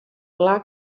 pla